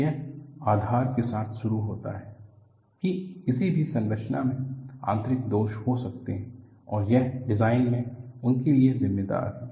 यह आधार के साथ शुरू होता है कि किसी भी संरचना में आंतरिक दोष हो सकते हैं और यह डिजाइन में उनके लिए जिम्मेदार है